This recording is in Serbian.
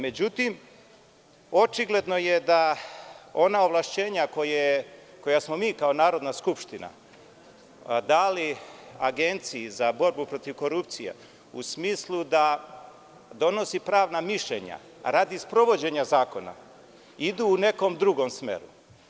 Međutim, očigledno je da ona ovlašćenja, koja smo mi kao Narodna skupština dali Agenciji za borbu protiv korupcije, u smislu da donosi pravna mišljenja radi sprovođenja zakona, idu u nekom drugom smeru.